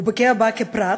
הוא פוגע בה כפרט,